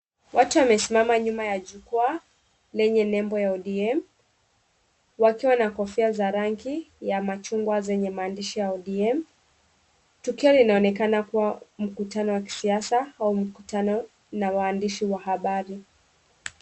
Watu wamesimama nyuma ya jukwaa lenye nembo ya ODM, wakiwa na kofia za rangi ya machungwa zenye maandishi ya ODM. Tukio linaonekana kuwa mkutano wa kisiasa au mkutano na waandishi wa habari.